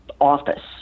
office